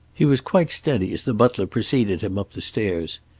he was quite steady as the butler preceded him up the stairs.